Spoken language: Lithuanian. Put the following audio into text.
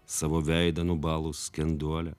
savo veidą nubalus skenduole